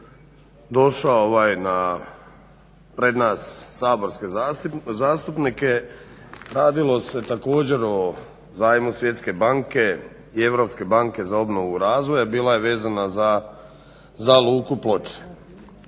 došao pred nas saborske zastupnike. Radilo se također o zajmu Svjetske banke i Europske banke za obnovu i razvoj, a bila je vezana za luku Ploče.